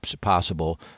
possible